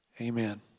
Amen